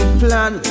plan